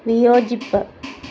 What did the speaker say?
വിയോജിപ്പ്